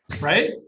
right